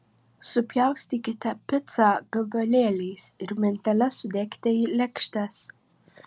supjaustykite picą gabalėliais ir mentele sudėkite į lėkštes